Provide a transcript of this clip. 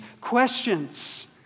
questions